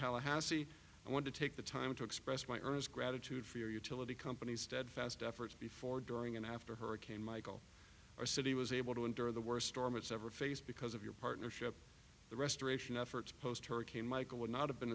tallahassee i want to take the time to express my earnest gratitude for your utility companies steadfast efforts before during and after hurricane michel our city was able to endure the worst storm it's ever faced because of your partnership the restoration efforts post hurricane michael would not have been